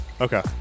Okay